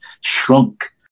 shrunk